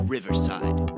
Riverside